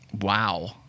Wow